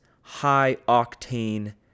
high-octane